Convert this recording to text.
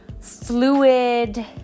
fluid